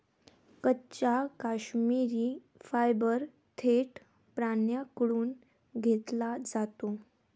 कच्चा काश्मिरी फायबर थेट प्राण्यांकडून घेतला जातो